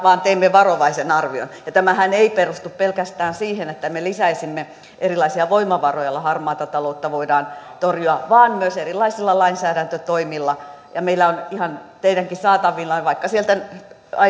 vaan teimme varovaisen arvion ja tämähän ei perustu pelkästään siihen että me lisäisimme erilaisia voimavaroja joilla harmaata taloutta voidaan torjua vaan myös erilaisia lainsäädäntötoimia meillä on ihan teidänkin saatavillanne vaikka sieltä